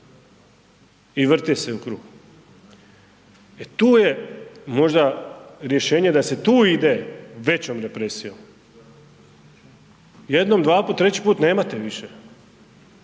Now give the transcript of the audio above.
i vrti se u krug, e tu je možda rješenje da se tu ide većom represijom, jednom, dvaput, treći put nemate više,